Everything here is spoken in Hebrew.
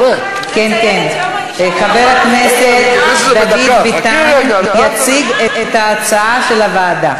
חבר הכנסת דוד ביטן יציג את הצעת הוועדה.